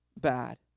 bad